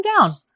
down